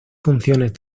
funciones